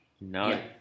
No